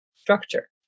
structure